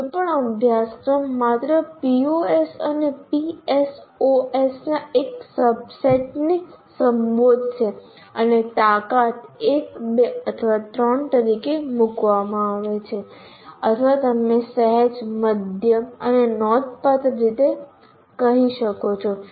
કોઈપણ અભ્યાસક્રમ માત્ર POs અને PSOs ના એક સબસેટને સંબોધશે અને તાકાત 1 2 અથવા 3 તરીકે મૂકવામાં આવે છે અથવા તમે સહેજ મધ્યમ અને નોંધપાત્ર રીતે કહી શકો છો